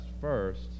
first